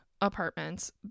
apartments